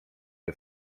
się